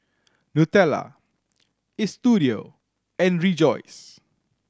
Nutella Istudio and Rejoice